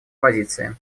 позиции